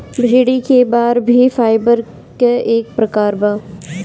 भेड़ी क बार भी फाइबर क एक प्रकार बा